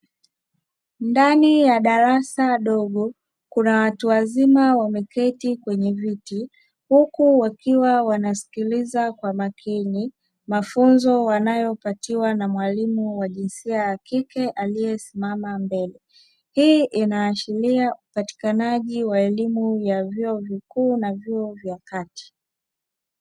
Ndani ya darasa dogo kuna watu wazima wameketi kwenye viti, huku wakiwa wanasikiliza kwa makini mafunzo wanayopewa na mwalimu wa jinsia ya kike aliyesimama mbele, hii inaashiria upatikanaji wa elimu ya vyuo vikuu na vyuo vya kati.